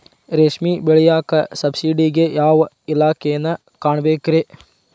ರೇಷ್ಮಿ ಬೆಳಿಯಾಕ ಸಬ್ಸಿಡಿಗೆ ಯಾವ ಇಲಾಖೆನ ಕಾಣಬೇಕ್ರೇ?